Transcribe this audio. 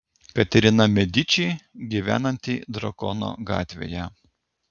katerina mediči gyvenanti drakono gatvėje